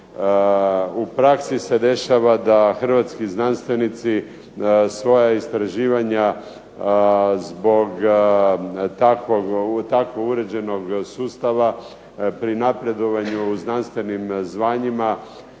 U praksi se dešava da hrvatski znanstvenici svoja istraživanja zbog tako uređenog sustava pri napredovanju u znanstvenim zvanjima